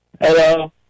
Hello